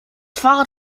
fahrrad